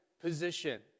position